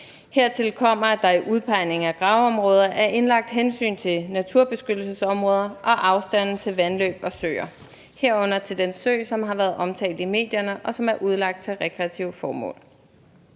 Hertil kommer, at der i udpegningen af gravområder er indlagt hensyn til naturbeskyttelsesområder og afstande til vandløb og søer, herunder til den sø, som har været omtalt i medierne, og som er udlagt til rekreative formål.